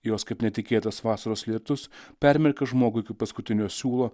jos kaip netikėtas vasaros lietus permerkė žmogų iki paskutinio siūlo